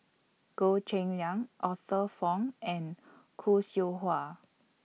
Goh Cheng Liang Arthur Fong and Khoo Seow Hwa